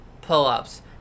pull-ups